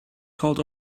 called